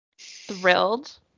thrilled